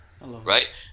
Right